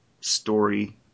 story